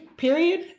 Period